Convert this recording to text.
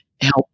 help